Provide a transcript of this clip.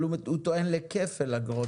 אבל הוא טוען לכפל אגרות.